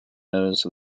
nose